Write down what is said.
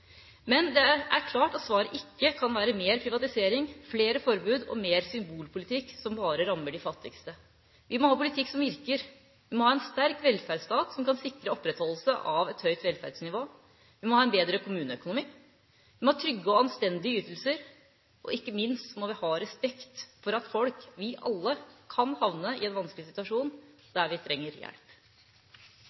men det er klart at svaret ikke kan være mer privatisering, flere forbud og mer symbolpolitikk som bare rammer de fattigste. Vi må ha politikk som virker. Vi må ha en sterk velferdsstat som kan sikre opprettholdelse av et høyt velferdsnivå, vi må ha en bedre kommuneøkonomi, vi må ha trygge og anstendige ytelser, og ikke minst må vi ha respekt for at folk – vi alle – kan havne i en vanskelig situasjon der de trenger hjelp.